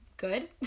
good